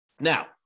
Now